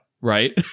right